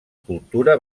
cultura